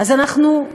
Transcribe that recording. אז אנחנו,